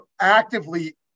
actively